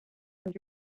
und